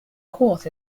caught